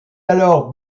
alors